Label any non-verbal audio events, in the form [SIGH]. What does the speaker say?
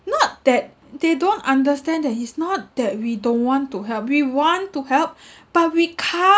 not that they don't understand that it's not that we don't want to help we want to help [BREATH] but we can't